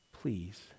Please